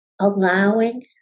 allowing